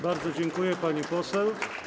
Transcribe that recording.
Bardzo dziękuję, pani poseł.